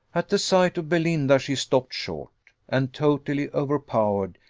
at the sight of belinda she stopped short and, totally overpowered,